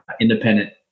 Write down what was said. independent